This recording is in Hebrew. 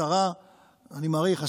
אני מעריך,